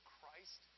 Christ